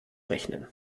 rechnen